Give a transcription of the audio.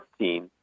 14